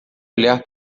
olhar